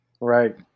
Right